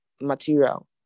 material